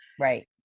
Right